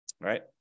right